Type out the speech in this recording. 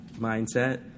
mindset